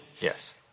Yes